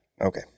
Okay